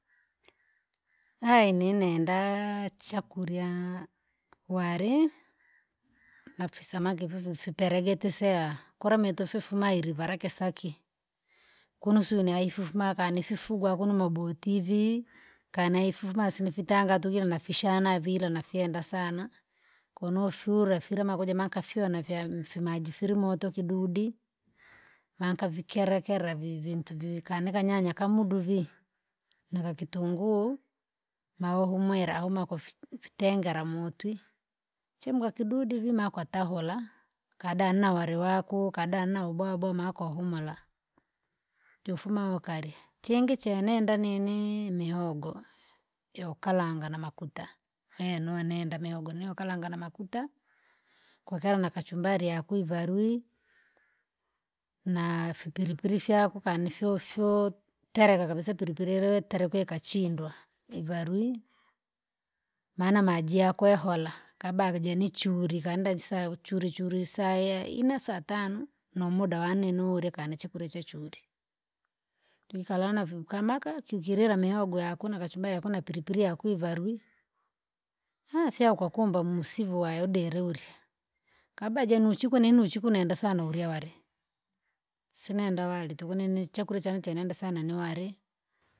Ayi ninenda! Chakurya, wari na visamaki vivivipelege tesea kula mitu vifuma ili vara kisaki, kunusuna ifufu maa akanififugwa kuno maboti vii. Kana ifuma sinifitanga tukire nafishana vil nafyenda sana, kunoufyula fila makuja makafyona fya- mfimaji fili moto kidudi, vankavikelekele vi- vintu vikani kanyanya kamudu vii, nakakitunguu, mauhumwira ahuma kufi fitengera motwi, chemka kidudi vi makwatahula, kadna na ware wako kadana ubwabwa ma ukahumura, jofuma ukalya, chingi chenenda nini mihogo, youkalanga namakuta, nonenda mihogo niukalanga namakuta! Kukera na kachumbari yakwivarwi, na fipilipili fyako kani fyofyo tereka kabisa pilipili ilwe teraka ikachindwa, ivarwi. Maana maji yakwehola, kabaga jene nichuri kanda isaa churi churi saa yeinne saa tano, nomuda wane nurya kana chakurya cha churi, twikala na vii ukamaka kiukilila mihogo yakuna kachumbari hakuna pilipili yakwivarwi. fye ukakumba musivo wayoderwa ulya, kabla jane uchiko ninuchiko nenda sana urya ware, sinenda wari tuku nini chakurya chane chenenda sana ni ware.